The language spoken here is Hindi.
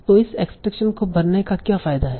तो इस एक्सट्रैक्शन को करने का क्या फायदा है